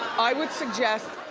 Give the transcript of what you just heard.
i would suggest,